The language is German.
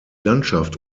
landschaft